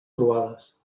croades